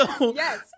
Yes